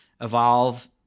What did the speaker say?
Evolve